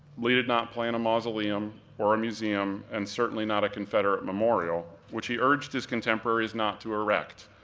lee had not planned a mausoleum, or a museum, and certainly not a confederate memorial, which he urged his contemporaries not to erect,